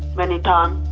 many times.